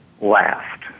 last